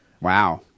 wow